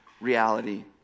reality